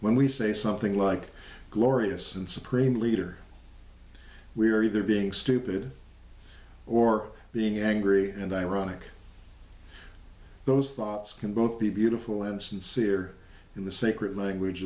when we say something like glorious and supreme leader we are either being stupid or being angry and ironic those thoughts can both be beautiful and sincere in the secret language